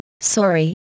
Sorry